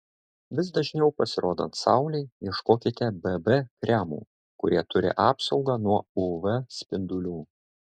vis dažniau pasirodant saulei ieškokite bb kremų kurie turi apsaugą nuo uv spindulių